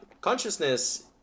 consciousness